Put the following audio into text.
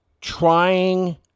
trying